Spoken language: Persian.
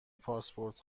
پاسپورت